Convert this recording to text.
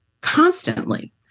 constantly